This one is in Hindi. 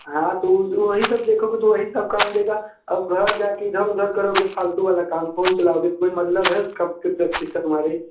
हाँ तो वही सब देखोगे तो वही सब काम देगा अब घर जा के इधर उधर करोगे फ़ालतू वाला काम फ़ोन चलाओगे को कोई मतलब है उसका कब की प्रेक्टिस है तुम्हारी